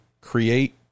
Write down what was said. create